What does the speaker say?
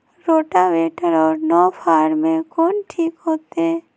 Rotavator और नौ फ़ार में कौन ठीक होतै?